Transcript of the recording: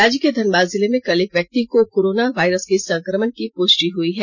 राज्य के धनबाद जिले में कल एक व्यक्ति को कोरोना वायरस के संक्रमण की पुष्टि हुई है